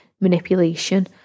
manipulation